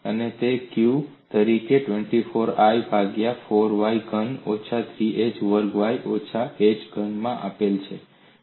અને તે q તરીકે 24I ભાગ્યા 4y ઘન ઓછા 3h વર્ગ y ઓછા h ઘનમાં આપેલ છે